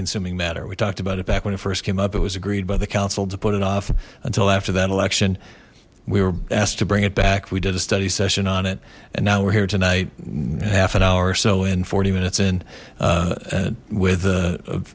consuming matter we talked about it back when it first came up it was agreed by the council to put it off until after that election we were asked to bring it back we did a study session on it and now we're here tonight half an hour or so in forty minutes in with